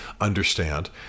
understand